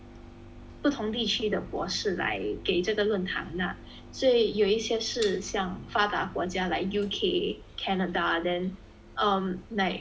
不同地区的博士来给这个论谈 lah 所以有一些是像发达国家 like U_K Canada then um like